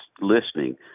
listening